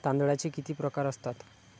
तांदळाचे किती प्रकार असतात?